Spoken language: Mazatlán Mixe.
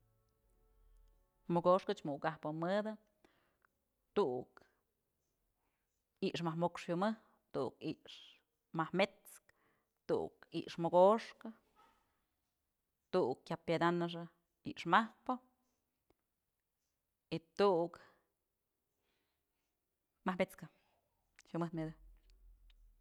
Mokoxkëch mukëkajpë mëdë tu'uk i'ixë majk mox jyumëjtë, tu'uk i'ix majk met's kë, tu'uk i'ix mokoxkë, tu'uk tyam pyedanëxë i'ixë majkëpë y tu'uk majk met's kë jyumëjtë myëdë.